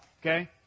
Okay